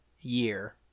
year